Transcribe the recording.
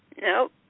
Nope